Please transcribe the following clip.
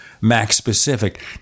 Mac-specific